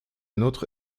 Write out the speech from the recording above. nôtre